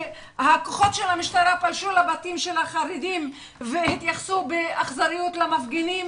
שהכוחות של המשטרה פלשו לבתים של החרדים והתייחסו באכזריות למפגינים.